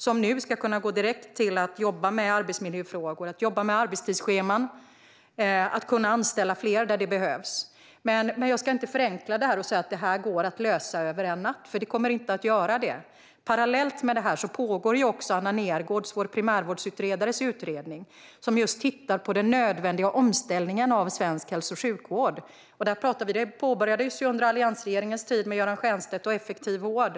Medlen ska gå direkt till att man ska kunna jobba med arbetsmiljöfrågor och arbetstidsscheman. Man ska kunna anställa fler där det behövs. Jag ska dock inte förenkla det hela och säga att det går att lösa över en natt, för det kommer det inte att göra. Parallellt med detta pågår även vår primärvårdsutredare Anna Nergårds utredning. I den tittar man på den nödvändiga omställningen av svensk hälso och sjukvård. Detta påbörjades under alliansregeringens tid med Göran Stjernstedt och Effektiv vård .